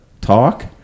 talk